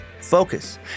focus